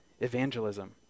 Evangelism